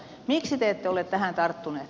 miksi te ette ole tähän tarttuneet